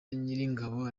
nyiringabo